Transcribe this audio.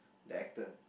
the actor